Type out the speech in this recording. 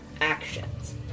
actions